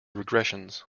regressions